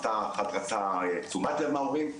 אחת רצתה תשומת לב מההורים,